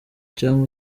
cyangwa